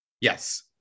Yes